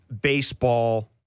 baseball